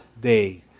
day